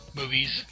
movies